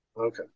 Okay